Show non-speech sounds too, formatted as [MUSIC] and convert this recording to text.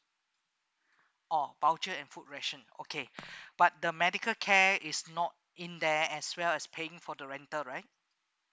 oh voucher and food ration okay [BREATH] but the medical care is not in there as well as paying for the rental right